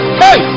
hey